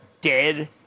dead